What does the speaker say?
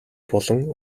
болон